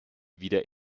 wieder